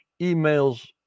emails